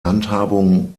handhabung